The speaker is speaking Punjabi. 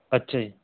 ਅੱਛਾ ਜੀ